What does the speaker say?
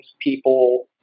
people